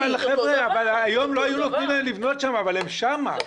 היום לא היו נותנים להם לבנות אבל הם שם.